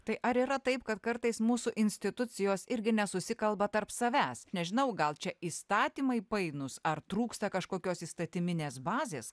tai ar yra taip kad kartais mūsų institucijos irgi nesusikalba tarp savęs nežinau gal čia įstatymai painūs ar trūksta kažkokios įstatyminės bazės